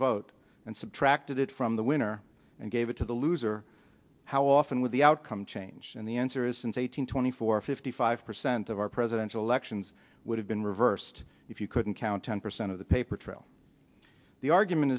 vote and subtracted from the winner and gave it to the loser how often with the outcome change and the answer isn't eight hundred twenty four fifty five percent of our presidential elections would have been reversed if you couldn't count ten percent of the paper trail the argument